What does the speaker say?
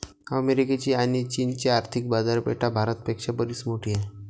अमेरिकेची आणी चीनची आर्थिक बाजारपेठा भारत पेक्षा बरीच मोठी आहेत